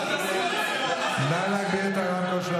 משקרים